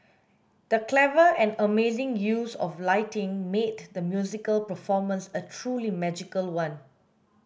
the clever and amazing use of lighting made the musical performance a truly magical one